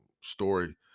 story